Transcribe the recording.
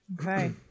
Okay